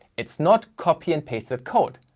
it's not copy and pasted code.